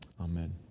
Amen